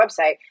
website